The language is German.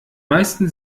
meisten